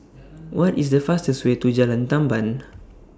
What IS The fastest Way to Jalan Tamban